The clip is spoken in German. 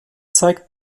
zeigt